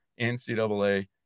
NCAA